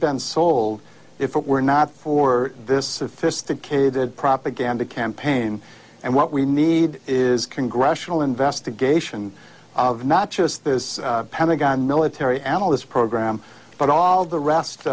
been sold if it were not for this sophisticated propaganda campaign and what we need is congressional investigation of not just this pentagon military analysts program but all the rest